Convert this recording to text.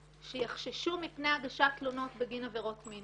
שיחששו מפני הגשת תלונות בגין עבירות מין.